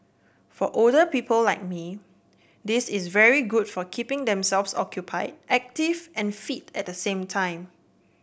for older people like me this is very good for keeping themselves occupy active and fit at the same time